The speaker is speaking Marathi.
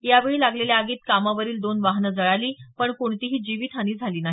यावेळी लागलेल्या आगीत कामावरील दोन वाहने जळाली पण कोणतीही जीवित हानी झाली नाही